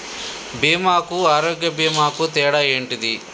బీమా కు ఆరోగ్య బీమా కు తేడా ఏంటిది?